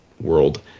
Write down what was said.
world